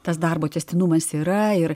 tas darbo tęstinumas yra ir